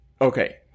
Okay